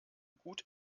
gut